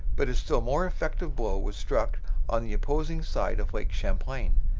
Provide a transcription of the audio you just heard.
but a still more effective blow was struck on the opposite side of lake champlain,